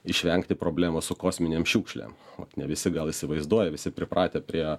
išvengti problemos su kosminėm šiukšlėm vat ne visi gal įsivaizduoja visi pripratę prie